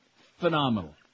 phenomenal